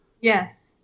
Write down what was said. Yes